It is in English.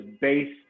based